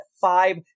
five